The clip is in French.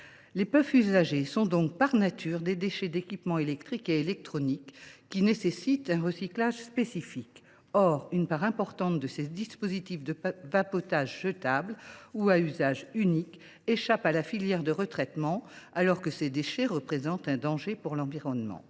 Les puffs usagées sont donc, par nature, des « déchets d’équipements électriques et électroniques » (DEEE), qui nécessitent un recyclage spécifique. Or une part importante de ces dispositifs de vapotage jetables ou à usage unique échappe à la filière de retraitement, alors que ces déchets représentent un danger pour l’environnement.